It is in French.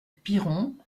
piron